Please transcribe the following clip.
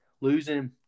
losing